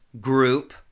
group